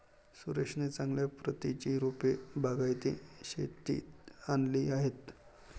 सुरेशने चांगल्या प्रतीची रोपे बागायती शेतीत आणली आहेत